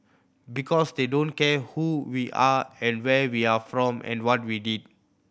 because they don't care who we are and where we are from and what we did